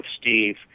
Steve